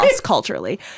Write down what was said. culturally